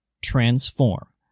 transform